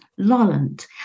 Lolland